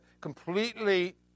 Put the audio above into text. completely